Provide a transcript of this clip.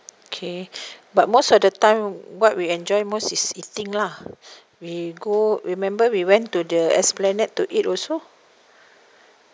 okay but most of the time what we enjoy most is eating lah we go remember we went to the esplanade to eat also